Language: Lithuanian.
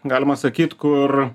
galima sakyt kur